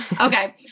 Okay